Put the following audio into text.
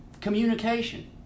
communication